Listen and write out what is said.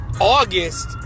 August